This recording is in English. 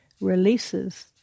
releases